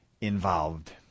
involved